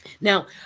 Now